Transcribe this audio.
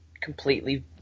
completely